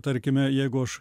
tarkime jeigu aš